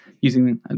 using